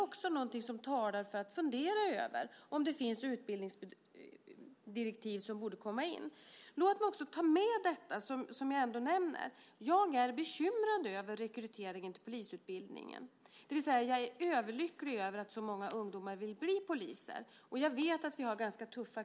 Också det talar för att vi måste fundera över om det finns utbildningsdirektiv som borde komma med. Låt mig även nämna att jag är bekymrad över rekryteringen till polisutbildningen. Jag är förstås överlycklig över att så många ungdomar vill bli poliser, och kraven är ju ganska tuffa.